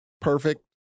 perfect